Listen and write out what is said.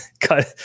cut